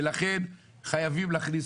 לכן חייבים להכניס,